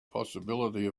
possibility